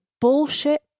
bullshit